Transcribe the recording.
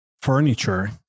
furniture